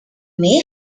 may